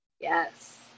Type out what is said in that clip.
yes